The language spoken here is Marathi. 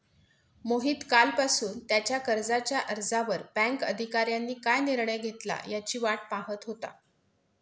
मोहित कालपासून त्याच्या कर्जाच्या अर्जावर बँक अधिकाऱ्यांनी काय निर्णय घेतला याची वाट पाहत होता